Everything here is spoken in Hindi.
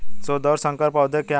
शुद्ध और संकर पौधे क्या हैं?